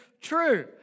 true